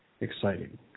exciting